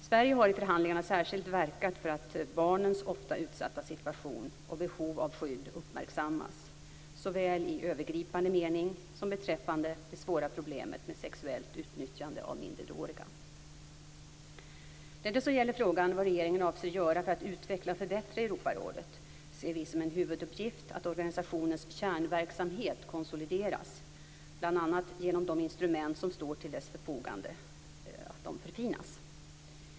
Sverige har i förhandlingarna särskilt verkat för att barnens ofta utsatta situation och behov av skydd uppmärksammas såväl i övergripande mening som beträffande det svåra problemet med sexuellt utnyttjande av minderåriga. När det så gäller frågan om vad regeringen avser att göra för att utveckla och förbättra Europarådet ser vi det som en huvuduppgift att organisationens kärnverksamhet konsolideras, bl.a. genom att de instrument som står till dess förfogande förfinas.